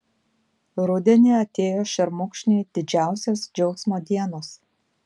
rudenį atėjo šermukšniui didžiausios džiaugsmo dienos